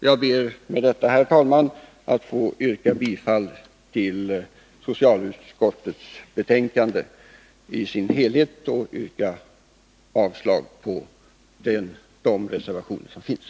Jag ber med detta, herr talman, att få yrka bifall till socialutskottets hemställan i dess helhet och avslag på de reservationer som finns.